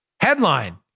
Headline